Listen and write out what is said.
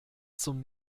zum